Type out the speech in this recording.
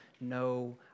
no